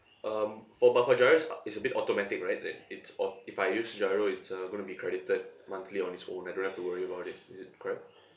um for but for GIRO it's a it's a bit automatic right it it's of if I use GIRO it's uh gonna be credited monthly on its own I don't have to worry about it is it correct